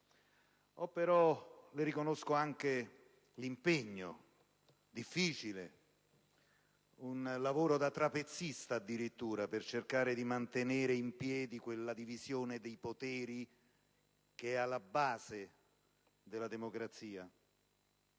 Le riconosco anche l'impegno difficile, un lavoro quasi da trapezista, per cercare di mantenere in piedi quella divisione dei poteri che è alla base della democrazia.